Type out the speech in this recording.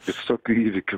visokių įvykių